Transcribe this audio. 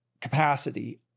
capacity